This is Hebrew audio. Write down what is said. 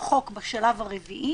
"רחוק-רחוק בשלב הרביעי".